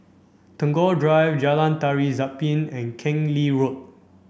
Tagore Drive Jalan Tari Zapin and Keng Lee Road